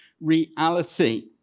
reality